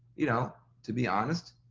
you know, to be honest,